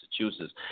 Massachusetts